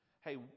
Hey